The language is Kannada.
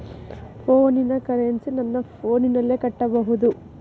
ಫೋನಿನ ಕರೆನ್ಸಿ ನನ್ನ ಫೋನಿನಲ್ಲೇ ಕಟ್ಟಬಹುದು?